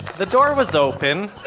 the door was open,